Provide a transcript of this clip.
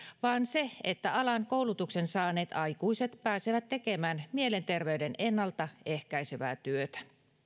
vaan se että alan koulutuksen saaneet aikuiset pääsevät tekemään mielenterveyden ennalta ehkäisevää työtä